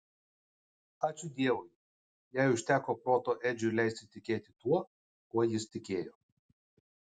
ačiū dievui jai užteko proto edžiui leisti tikėti tuo kuo jis tikėjo